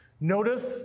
Notice